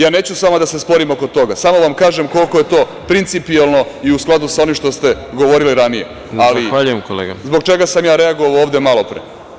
Ja neću sa vama da se sporim oko toga, samo vam kažem koliko je to principijelno i u skladu sa onim što ste govorili ranije. (Predsedavajući: Zahvaljujem, kolega.) Zbog čega sam ja reagovao ovde malopre?